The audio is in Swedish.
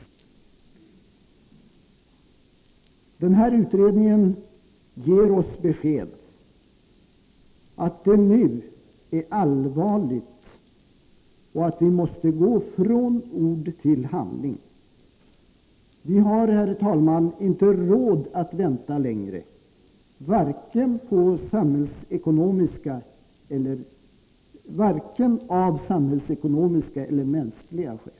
Den här utredningen ger oss beskedet att det nu är allvarligt och att vi måste gå från ord till handling. Vi har, herr talman, inte råd att vänta längre, varken av samhällsekonomiska eller mänskliga skäl.